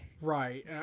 Right